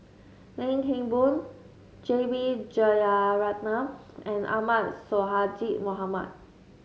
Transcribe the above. Lim Kim Boon J B Jeyaretnam and Ahmad Sonhadji Mohamad